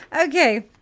Okay